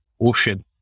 ocean